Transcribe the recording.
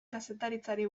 kazetaritzari